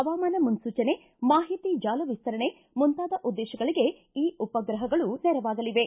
ಪವಾಮಾನ ಮುನ್ನೂಚನೆ ಮಾಹಿತಿ ಜಾಲ ವಿಸ್ತರಣೆ ಮುಂತಾದ ಉದ್ದೇಶಗಳಿಗೆ ಈ ಉಪಗ್ರಹಗಳು ನೆರವಾಗಲಿವೆ